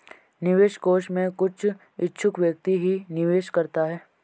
निवेश कोष में कुछ इच्छुक व्यक्ति ही निवेश करता है